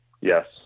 Yes